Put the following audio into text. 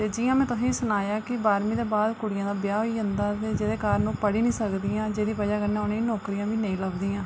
ते जि'यां में तुसेंई सनाया ऐ कि बह्रमीं दे बाद कुड़ियें दे ब्याह् होई जंदा ओह्दे कारण ओह् पढ़ी निं सकदी जां जेह्दी बजह कन्नै ओह् नौकरियां बी नेईं लब्भदियां